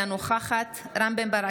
אינה נוכחת רם בן ברק,